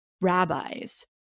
rabbis